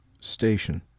STATION